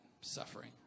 suffering